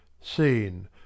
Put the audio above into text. Scene